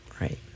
Right